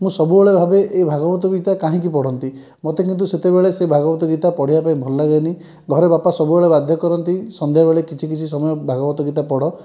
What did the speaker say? ମୁଁ ସବୁବେଳେ ଭାବେ ଏ ଭଗବତ୍ ଗୀତା କାହିଁକି ପଢ଼ନ୍ତି ମତେ କିନ୍ତୁ ସେତେବେଳେ ସେ ଭଗବତ୍ ଗୀତା ପଢ଼ିବା ପାଇଁ ଭଲ ଲାଗେନି ଘରେ ବାପା ସବୁବେଳେ ବାଧ୍ୟ କରନ୍ତି ସନ୍ଧ୍ୟାବେଳେ କିଛି କିଛି ସମୟ ଭଗବତ୍ ଗୀତା ପଢ଼